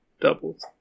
Doubled